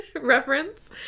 reference